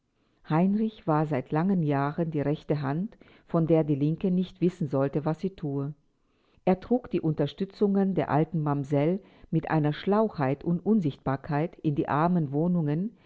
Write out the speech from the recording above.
heinrich war seit langen jahren die rechte hand von der die linke nicht wissen sollte was sie thue er trug die unterstützungen der alten mamsell mit einer schlauheit und unsichtbarkeit in die armen wohnungen